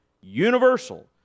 Universal